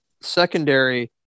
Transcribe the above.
secondary